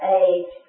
age